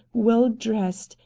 well dressed,